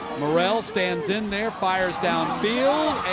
morrell stands in there, fires downfield.